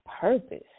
purpose